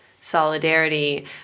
solidarity